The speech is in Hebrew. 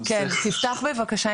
הנושא חשוב,